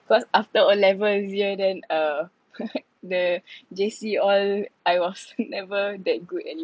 cause after O levels year then uh the J_C all I was never that good